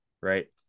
right